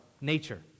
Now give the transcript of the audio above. nature